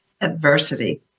adversity